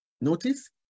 Notice